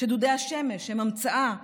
שדודי השמש הם המצאה שלנו,